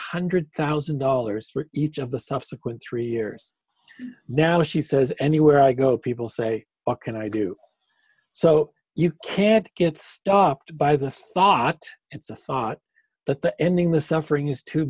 hundred thousand dollars for each of the subsequent three years now she says anywhere i go people say what can i do so you can't get stopped by the thought it's a thought that the ending the suffering is too